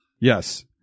yes